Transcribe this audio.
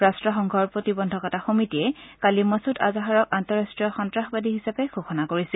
ৰাট্টসংঘৰ প্ৰতিবন্ধ সমিতিয়ে কালি মছুদ আজহাৰক আন্তঃৰাষ্ট্ৰীয় সন্তাসবাদী হিচাপে ঘোষণা কৰিছিল